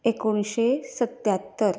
एकुणश्यें सत्त्यात्तर